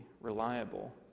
reliable